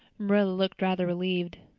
marilla looked rather relieved.